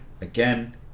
again